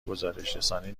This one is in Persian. گزارشرسانی